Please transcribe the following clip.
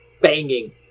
banging